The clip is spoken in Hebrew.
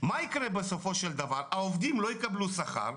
מה שיקרה הוא שהעובדים לא יקבלו שכר,